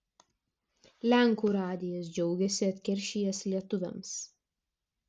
lenkų radijas džiaugiasi atkeršijęs lietuviams